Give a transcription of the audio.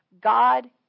God